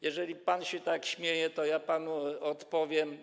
Jeżeli pan się tak śmieje, to ja panu odpowiem.